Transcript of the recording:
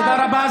תודה רבה.